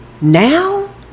Now